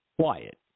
quiet